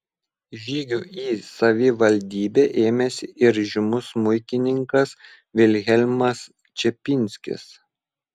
žygių į savivaldybę ėmėsi ir žymus smuikininkas vilhelmas čepinskis